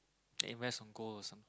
can invest on gold or some